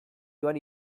joan